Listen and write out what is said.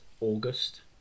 August